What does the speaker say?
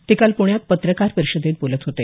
ते काल पुण्यात पत्रकार परिषदेत बोलत होते